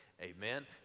amen